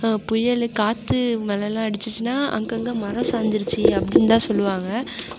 புயல் காற்று மழைலாம் அடிச்சிச்சுனால் அங்கங்கே மரம் சாய்ஞ்சிருச்சு அப்படினு தான் சொல்லுவாங்க